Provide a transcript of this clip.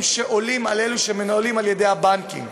שעולים על אלה שמנוהלים על-ידי הבנקים.